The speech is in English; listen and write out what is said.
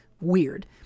weird